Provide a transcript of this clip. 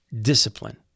Discipline